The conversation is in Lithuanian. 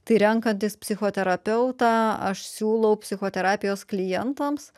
tai renkantis psichoterapeutą aš siūlau psichoterapijos klientams